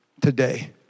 Today